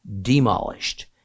demolished